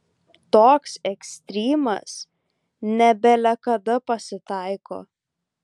toks ekstrymas ne bele kada pasitaiko